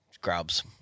Grubs